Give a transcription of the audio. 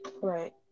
Right